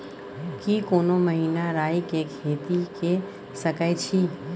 की कोनो महिना राई के खेती के सकैछी?